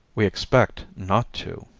we expect not to